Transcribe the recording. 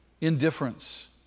indifference